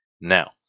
Now